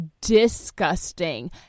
disgusting